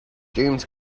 james